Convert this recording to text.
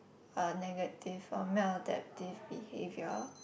a negative or mild adaptive behaviour